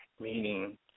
Meaning